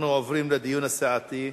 אנחנו עוברים לדיון הסיעתי.